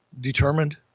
determined